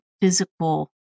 physical